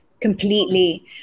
completely